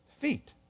feet